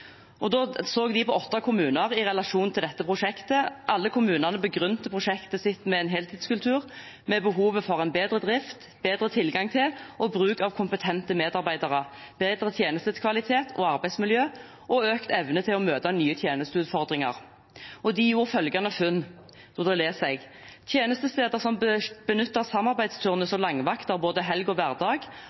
så på åtte kommuner i relasjon til dette prosjektet. Alle kommunene begrunnet prosjektet sitt med en heltidskultur, med behovet for en bedre drift, bedre tilgang til og bruk av kompetente medarbeidere, bedre tjenestekvalitet og arbeidsmiljø og økt evne til å møte nye tjenesteutfordringer. De gjorde følgende funn: «Tjenestesteder som benytter samarbeidsturnus og langvakter både helg og hverdag, har færre arbeidstakere som er slitne og flere som er involverte i arbeids- og